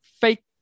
fake